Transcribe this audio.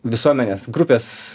visuomenės grupės